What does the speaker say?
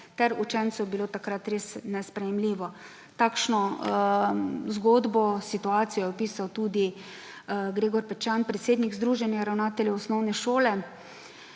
ter učencev bilo takrat res nesprejemljivo. Takšno zgodbo, situacijo je opisal tudi Gregor Pečan, predsednik Združenja ravnateljev osnovnih šol,